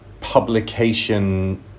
publication